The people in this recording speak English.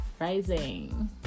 rising